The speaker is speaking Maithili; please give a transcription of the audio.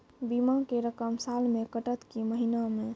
बीमा के रकम साल मे कटत कि महीना मे?